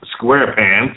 SquarePants